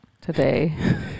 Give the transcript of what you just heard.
today